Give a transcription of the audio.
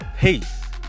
peace